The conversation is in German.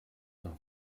nach